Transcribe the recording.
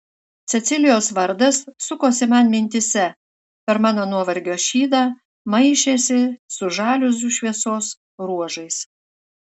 cecilijos vardas sukosi man mintyse per mano nuovargio šydą maišėsi su žaliuzių šviesos ruožais